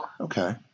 Okay